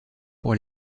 pour